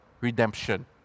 redemption